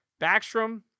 backstrom